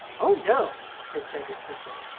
oh! no, said cedric quickly.